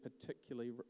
particularly